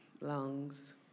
lungs